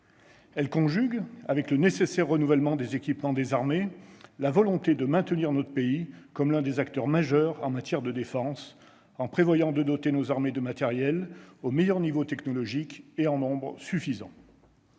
texte conjugue avec le nécessaire renouvellement des équipements des armées la volonté de maintenir notre pays comme l'un des acteurs majeurs en matière de défense, en prévoyant de doter nos armées de matériels au meilleur niveau technologique et en nombre suffisant.